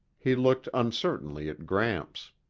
he looked uncertainly at gramps.